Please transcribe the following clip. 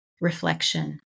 reflection